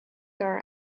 our